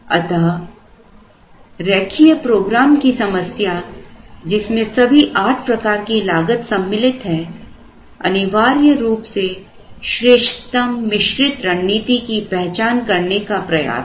अतः रेखीय प्रोग्राम की समस्या जिसमें सभी आठ प्रकार की लागत सम्मिलित हैं अनिवार्य रूप से श्रेष्ठतम मिश्रित रणनीति की पहचान करने का प्रयास है